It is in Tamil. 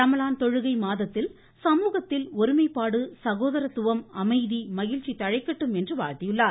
ரமலான் தொழுகை மாதத்தில் சமூகத்தில் ஒருமைப்பாடு சகோதரத்துவம் அமைதி மகிழ்ச்சி தழைக்கட்டும் என்று வாழ்த்தியுள்ளார்